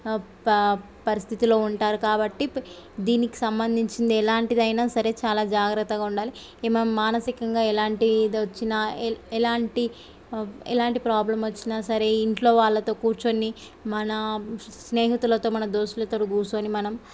ప పరిస్థితిలో ఉంటారు కాబట్టి దీనికి సంబంధించిన ఎలాంటిది అయినా సరే చాలా జాగ్రత్తగా ఉండాలి మానసికంగా ఎలాంటిది వచ్చినా ఎల్ ఎలాంటి ఎలాంటి ప్రాబ్లెమ్ వచ్చినా సరే ఇంటిలో వాళ్ళతో కూర్చొని మన స్నేహితులతో మన దోస్తులతో కూర్చొని మనం